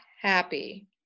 happy